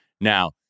Now